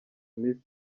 miss